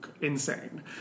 insane